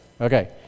Okay